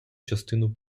частину